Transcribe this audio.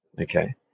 okay